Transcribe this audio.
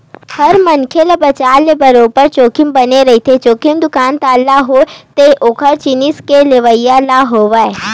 हर मनखे ल बजार ले बरोबर जोखिम बने रहिथे, जोखिम दुकानदार ल होवय ते ओखर जिनिस के लेवइया ल होवय